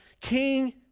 king